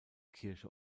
kirche